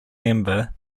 member